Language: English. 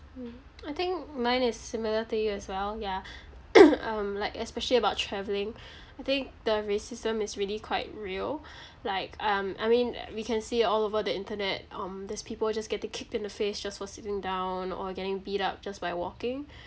hmm I think mine is similar to you as well ya um like especially about travelling I think the racism is really quite real like um I mean we can see all over the internet um these people just getting kicked in the face just for sitting down or getting beat up just by walking